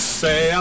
say